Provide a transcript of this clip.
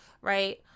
right